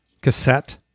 cassette